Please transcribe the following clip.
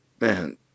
man